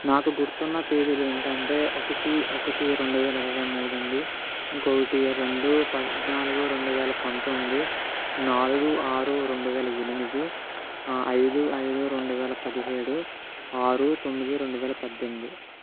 నాకు గుర్తున్న తేదీలు ఏంటంటే ఒకటి ఒకటి రెండు వేల ఇరవై మూడు అండి ఇంకొకటి రొండు పద్నాలుగు రెండు వేల పంతొమ్మిది నాలుగు ఆరు రెండు వేల ఎనిమిది ఐదు ఐదు రెండు వేల పదిహేడు ఆరు తొమ్మిది రెండు వేల పద్దెనిమిది